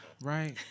right